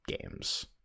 games